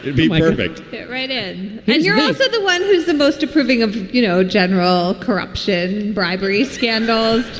be my perfect fit right in and you're ah so the one who's the most approving of, you know, general corruption, bribery, scandals.